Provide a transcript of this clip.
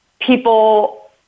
people